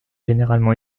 généralement